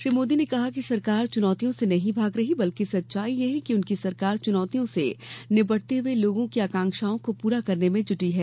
श्री मोदी ने कहा कि सरकार चुनौतियों से नहीं भाग रही बल्कि सच्चाई यह है कि उनकी सरकार चुनौतियों से निपटते हुए लोगों की आकांक्षाओं को पूरा करने में जुटी है